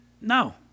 No